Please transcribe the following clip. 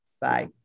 Bye